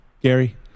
Gary